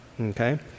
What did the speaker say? okay